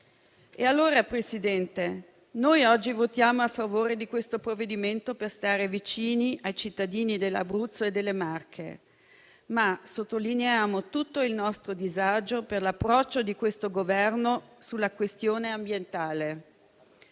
E allora, Presidente, noi oggi votiamo a favore di questo provvedimento per stare vicini ai cittadini dell'Abruzzo e delle Marche, ma sottolineiamo tutto il nostro disagio per l'approccio di questo Governo sulla questione ambientale.